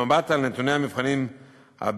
במבט על נתוני המבחנים הבין-לאומיים